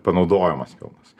panaudojimas pilnas